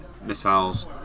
missiles